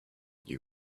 you